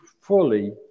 fully